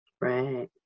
Right